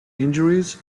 injuries